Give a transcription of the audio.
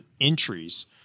entries